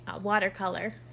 watercolor